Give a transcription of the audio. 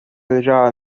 leżała